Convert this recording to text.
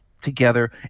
together